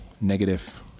negative